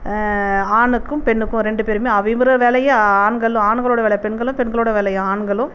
ஆணுக்கும் பெண்ணுக்கும் ரெண்டு பேருமே அ இவர் வேலையை ஆண்களும் ஆண்களோட வேலையை பெண்களும் பெண்களோட வேலையை ஆண்களும்